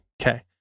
Okay